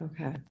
Okay